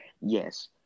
Yes